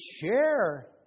share